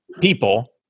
people